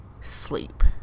sleep